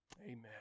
Amen